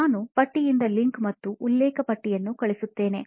ನಾನು ಪಟ್ಟಿಯಿಂದ ಲಿಂಕ್ ಮತ್ತು ಉಲ್ಲೇಖ ಪಟ್ಟಿ ಅನ್ನು ಕಳುಸುತ್ತೇನೆ